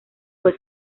fue